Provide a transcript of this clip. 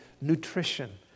nutrition